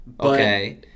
Okay